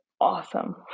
awesome